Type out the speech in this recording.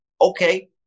okay